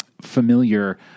familiar